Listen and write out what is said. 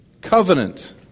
covenant